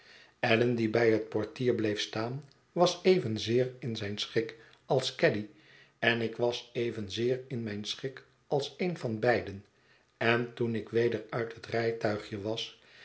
allan die bij het portier bleef staan was evenzeer in zijn schik als caddy en ik was evenzeer in mijn schik als een van beiden en toen ik weder uit het rijtuigje was